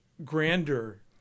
grander